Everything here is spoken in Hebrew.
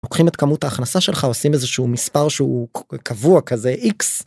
לוקחים את כמות ההכנסה שלך עושים איזה שהוא מספר שהוא קבוע כזה x.